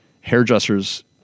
hairdressers